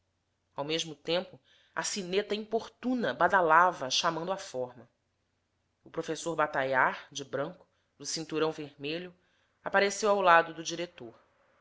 ao mesmo tempo a sineta importuna badalava chamando à forma o professor bataillard de branco no cinturão vermelho apareceu ao lado do diretor